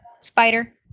Spider